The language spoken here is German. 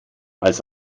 als